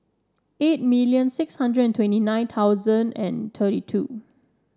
eight million six hundred and twenty nine thousand and thirty two